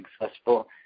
successful